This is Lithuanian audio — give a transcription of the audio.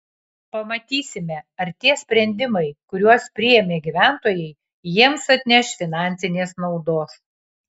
pamatysime ar tie sprendimai kuriuos priėmė gyventojai jiems atneš finansinės naudos